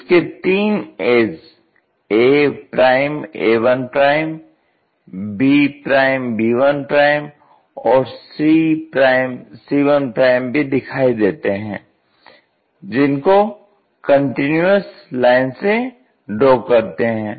इसके तीन edge aa1 bb1और cc1 भी दिखाई देते हैं जिनको कंटीन्यूअस लाइन से ड्रॉ करते हैं